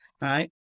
Right